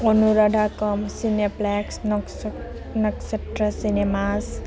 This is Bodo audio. अनुरादा कम सिनेप्लेक्स नकसक नकसेट्रा सिनेमास